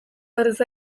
berriz